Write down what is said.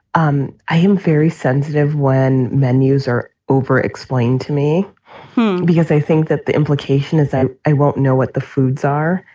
um i am very sensitive when menus are over explained to me because i think that the implication is that i won't know what the foods are.